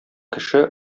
кеше